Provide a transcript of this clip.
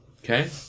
Okay